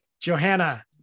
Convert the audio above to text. Johanna